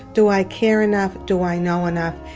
do i care enough, do i know enough,